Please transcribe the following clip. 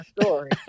story